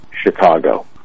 Chicago